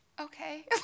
okay